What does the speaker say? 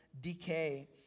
Decay